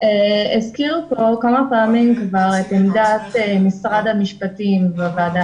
הזכירו פה כמה פעמים את עמדת משרד המשפטים בוועדה